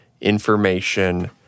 information